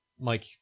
Mike